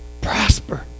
prosper